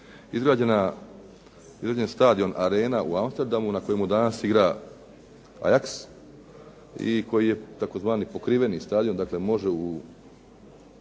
izgrađen stadion Arena u Amsterdamu na kojemu danas igra Aiax i koji je tzv. pokriveni stadion dakle može u